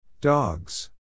Dogs